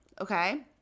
okay